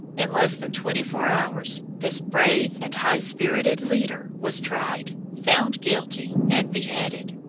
in less than twenty-four hours this brave and high-spirited leader was tried, found guilty, and beheaded.